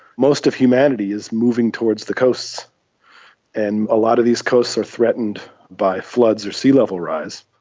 most of humanity is moving towards the coasts and a lot of these coasts are threatened by floods or sea level rise.